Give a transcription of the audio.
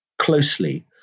closely